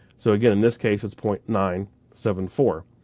so again, in this case it's point nine seven four.